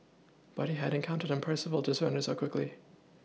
but he hadn't counted on Percival to surrender so quickly